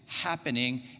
happening